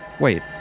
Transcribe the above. Wait